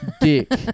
dick